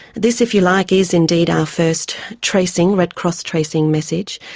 this, if you like, is indeed our first tracing, red cross tracing message,